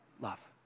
Love